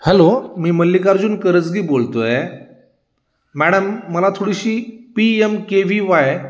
hello मी मल्लिक अ्जून करसगी बोलतोय madam मला थोडीशी P M K V Y